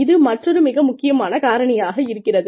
இது மற்றொரு மிக முக்கியமான காரணியாக இருக்கிறது